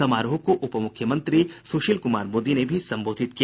समारोह को उपमुख्यमंत्री सुशील कुमार मोदी ने भी संबोधित किया